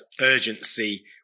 urgency